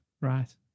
right